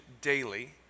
daily